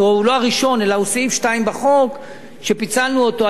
הוא לא הראשון אלא הוא סעיף 2 בחוק שפיצלנו אותו היום,